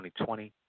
2020